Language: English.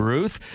Ruth